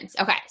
Okay